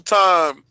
time